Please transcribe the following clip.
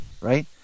right